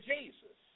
Jesus